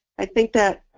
i think that